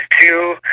two